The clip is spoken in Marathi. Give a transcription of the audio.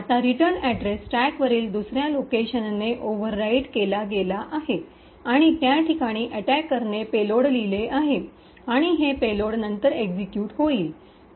आता रिटर्न अड्रेस स्टॅकवरील दुसर्या लोकेशनने ओव्हर राईट केला गेला आहे आणि त्या ठिकाणी अटैकरने पेलोड लिहिले आहे आणि हे पेलोड नंतर एक्सिक्यूट होईल